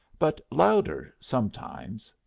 but louder sometimes.